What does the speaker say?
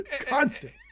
constant